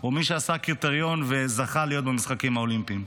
ומי שעשה קריטריון וזכה להיות במשחקים האולימפיים.